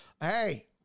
Hey